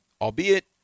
albeit